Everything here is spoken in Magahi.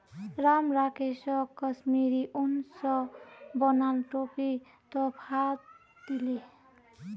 राम राकेशक कश्मीरी उन स बनाल टोपी तोहफात दीले